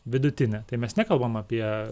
vidutinė tai mes nekalbam apie